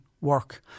work